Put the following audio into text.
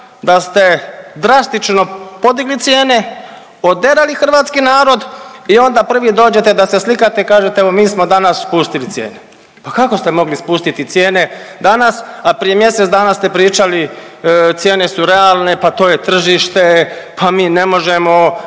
da ste drastično podigli cijene, oderali hrvatski narod i onda prvi dođete da se slikate i kažete evo mi smo danas spustili cijene. Pa kako ste mogli spustiti cijene danas, a prije mjesec dana ste pričali cijene su realne, pa to je tržište, pa mi ne možemo,